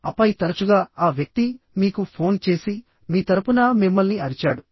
ఆపై తరచుగా ఆ వ్యక్తి మీకు ఫోన్ చేసి మీ తరపున మిమ్మల్ని అరిచాడు